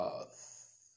earth